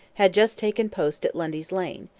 had just taken post at lundy's lane,